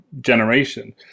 generation